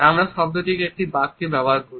আমরা শব্দটিকে একটি বাক্যে ব্যবহার করি